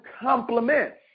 compliments